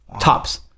tops